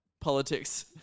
politics